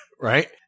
right